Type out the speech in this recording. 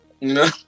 No